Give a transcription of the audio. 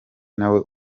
nawe